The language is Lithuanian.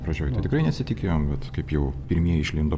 pradžioj tai tikrai nesitikėjom bet kaip jau pirmieji išlindo